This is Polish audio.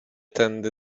tędy